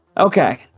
Okay